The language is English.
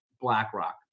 BlackRock